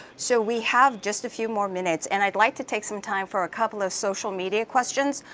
so we have just a few more minutes, and i'd like to take some time for a couple of social media questions.